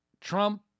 Trump